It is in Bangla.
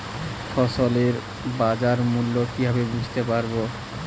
ফসলের বাজার মূল্য কিভাবে বুঝতে পারব?